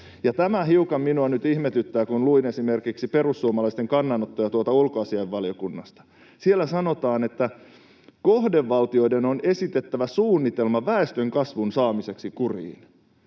Tämä hiukan minua nyt ihmetyttää, kun luin esimerkiksi perussuomalaisten kannanottoja ulkoasiainvaliokunnasta. Siellä sanotaan, että ”kohdevaltioiden on esitettävä suunnitelma väestönkasvun saamiseksi kuriin”.